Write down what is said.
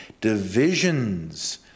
divisions